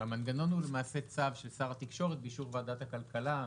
והמנגנון הוא צו של שר התקשורת באישור ועדת הכלכלה.